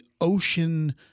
ocean